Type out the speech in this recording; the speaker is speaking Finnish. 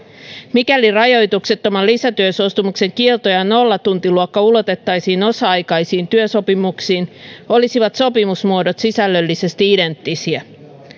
mikäli rajoituksettoman lisätyösuostumuksen kielto ja nollatuntiluokka ulotettaisiin osa aikaisiin työsopimuksiin olisivat sopimusmuodot sisällöllisesti identtisiä